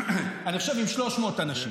אני חושב עם 300 אנשים.